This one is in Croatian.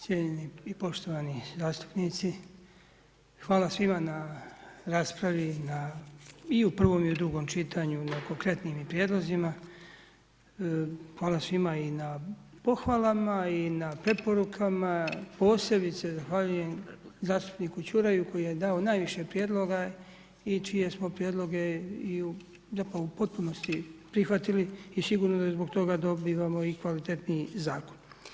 Cijenjeni i poštovani zastupnici, hvala svima na raspravi, na i u prvom i u drugom čitanju na konkretnim i prijedlozima, hvala svima i na pohvalama i na preporukama posebice zahvaljujem zastupniku Čuraju koji je dao najviše prijedloga i čije smo prijedlog i u zapravo u potpunosti prihvatili i sigurno da iz zbog toga dobivamo i kvalitetniji zakon.